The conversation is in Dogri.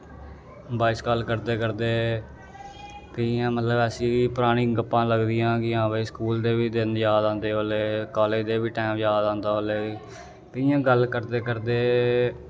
वायस काल करदे करदे इ'यां मतलब ऐसी परानी गप्पां लगदियां कि हां भाई स्कूल दे बी दिन याद आंदे हां भाई कालेज़ दा बी टैम जाद आंदा उसलै ते इ'यां गल्ल करदे करदे